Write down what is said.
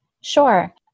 Sure